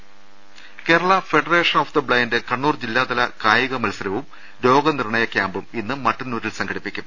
രുട്ട്ട്ട്ട്ട്ട്ട്ട്ട Kerala federation of the blind Kannur ജില്ലാ തല കായിക മത്സരവും രോഗനിർണയ ക്യാമ്പും ഇന്ന് മട്ടന്നൂരിൽ സംഘടിപ്പിക്കും